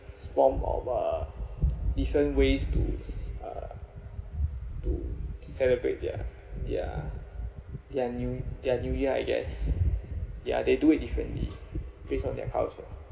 form of uh different ways to uh to celebrate their their their new their new year I guess ya they do it differently based on their culture